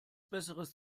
besseres